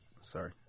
Sorry